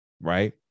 Right